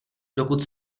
dokud